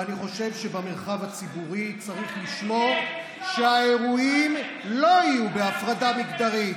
ואני חושב שבמרחב הציבורי צריך לשמור שהאירועים לא יהיו בהפרדה מגדרית,